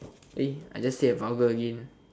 eh I just say a vulgar again